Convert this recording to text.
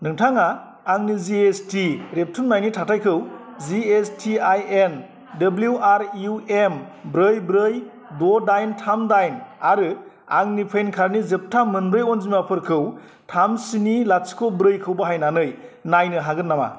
नोंथाङा आंनि G S T रेबथुननायनि थाथायखौ G S T I N W R U M ब्रै ब्रै द' दाइन थाम दाइन आरो आंनि पेन कार्डनि जोबथा मोनब्रै अनजिमाफोरखौ थाम स्नि लाथिख' ब्रैखौ बाहायनानै नायनो हागोन नामा